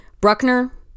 bruckner